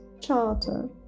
Charter